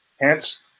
Hence